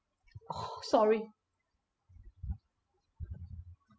oh sorry